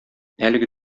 әлеге